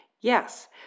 Yes